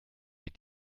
wie